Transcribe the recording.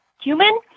cumin